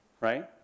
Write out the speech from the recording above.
right